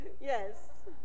Yes